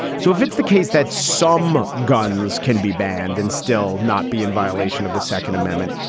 so if it's the case that some guns can be banned and still not be in violation of the second amendment,